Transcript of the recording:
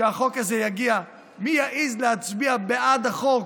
כשהחוק הזה יגיע, מי יעז להצביע בעד החוק